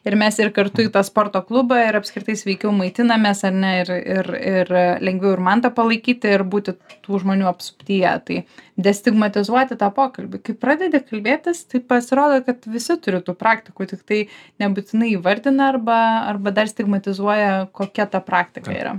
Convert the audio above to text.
ir mes ir kartu į tą sporto klubą ir apskritai sveikiau maitinamės ar ne ir ir ir lengviau ir man tą palaikyti ir būti tų žmonių apsuptyje tai destigmatizuoti tą pokalbį kai pradedi kalbėtis tai pasirodo kad visi turi tų praktikų tiktai nebūtinai įvardina arba arba dar stigmatizuoja kokia ta praktika yra